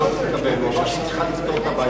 הוא לא אמר שהיא לא תתקבל.